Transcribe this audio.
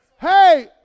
hey